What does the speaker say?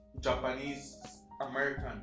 Japanese-American